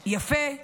יפה,